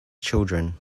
children